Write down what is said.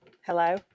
Hello